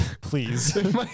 Please